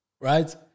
Right